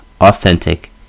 authentic